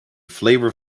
flavor